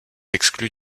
exclu